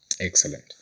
Excellent